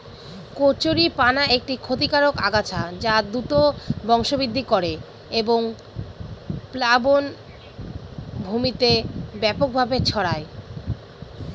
কচুরিপানা একটি ক্ষতিকারক আগাছা যা দ্রুত বংশবৃদ্ধি করে এবং প্লাবনভূমিতে ব্যাপকভাবে ছড়ায়